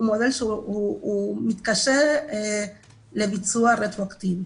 הוא מודל שמתקשה לבצע רטרואקטיבית.